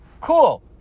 cool